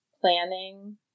planning